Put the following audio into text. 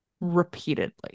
repeatedly